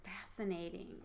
fascinating